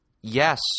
Yes